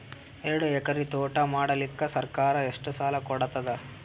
ಎರಡು ಎಕರಿ ತೋಟ ಮಾಡಲಿಕ್ಕ ಸರ್ಕಾರ ಎಷ್ಟ ಸಾಲ ಕೊಡತದ?